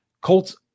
Colts